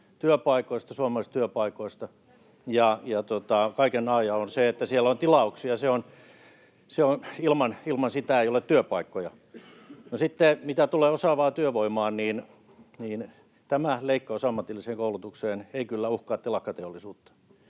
työpaikoista, suomalaisista työpaikoista. Kaiken a ja o on se, että siellä on tilauksia, ilman sitä ei ole työpaikkoja. No, sitten mitä tulee osaavaan työvoimaan, niin tämä leikkaus ammatilliseen koulutukseen ei kyllä uhkaa telakkateollisuutta,